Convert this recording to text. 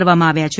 કરવામાં આવ્યા છે